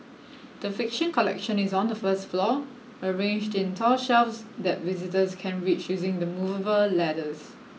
the fiction collection is on the first floor arranged in tall shelves that visitors can reach using the movable ladders